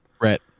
Right